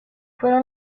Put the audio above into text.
fueron